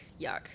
Yuck